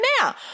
now